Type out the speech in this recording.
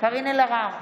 קארין אלהרר,